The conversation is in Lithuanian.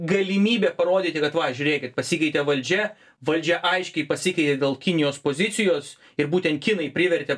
galimybė parodyti kad va žiūrėkit pasikeitė valdžia valdžia aiškiai pasikeitė dėl kinijos pozicijos ir būtent kinai privertė